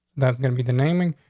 that's gonna be the naming.